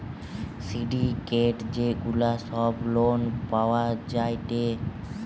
syndicate যে গুলা সব লোন পাওয়া যায়টে